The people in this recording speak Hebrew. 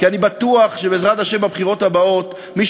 כי אני בטוח שבעזרת השם בבחירות הבאות מי